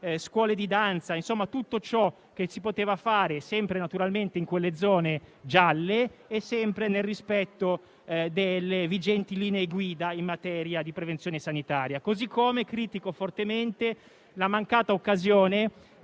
scuole di danza, insomma di tutto ciò che si poteva fare sempre nelle zone gialle e nel rispetto delle vigenti linee guida in materia di prevenzione sanitaria. Allo stesso modo critico fortemente la mancata occasione